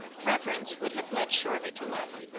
reverence would have led surely to love,